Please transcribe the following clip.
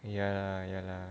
ya lah ya lah